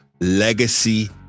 legacy